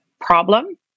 problem